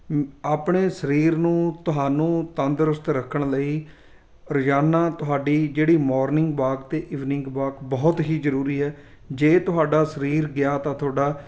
ਆਪਣੇ ਸਰੀਰ ਨੂੰ ਤੁਹਾਨੂੰ ਤੰਦਰੁਸਤ ਰੱਖਣ ਲਈ ਰੋਜ਼ਾਨਾ ਤੁਹਾਡੀ ਜਿਹੜੀ ਮੋਰਨਿੰਗ ਵਾਕ ਅਤੇ ਇਵਨਿੰਗ ਵਾਕ ਬਹੁਤ ਹੀ ਜ਼ਰੂਰੀ ਹੈ ਜੇ ਤੁਹਾਡਾ ਸਰੀਰ ਗਿਆ ਤਾਂ ਤੁਹਾਡਾ